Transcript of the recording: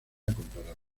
comparado